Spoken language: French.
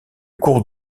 cours